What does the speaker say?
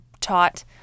taught